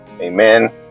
amen